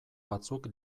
batzuk